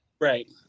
Right